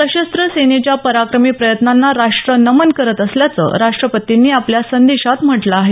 सशस्त्र सेनेच्या पराक्रमी प्रयत्नांना राष्ट्र नमन करत असल्याचं राष्ट्रपतींनी आपल्या संदेशात म्हटलं आहे